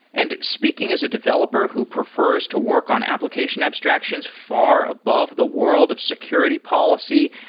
and speaking as a developer who prefers to work on application abstractions far above the world of security policy,